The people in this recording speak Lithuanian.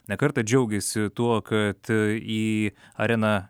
ne kartą džiaugėsi tuo kad į areną